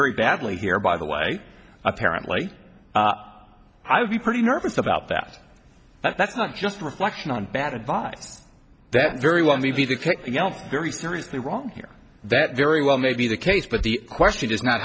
very badly here by the way apparently i'd be pretty nervous about that that's not just a reflection on bad advise that very well may be the very seriously wrong here that very well may be the case but the question is not